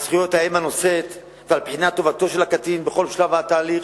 על זכויות האם הנושאת ועל בחינת טובתו של הקטין בכל שלבי התהליך.